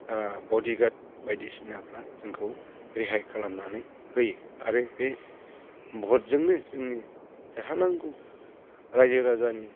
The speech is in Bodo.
बडिगर्ड बायदिसिनाफ्रा जोंखौ रेहाय खालामनानै होयो आरो बे भटजोंनो जोंनि देरहानांगौ रायजो राजानि